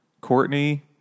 Courtney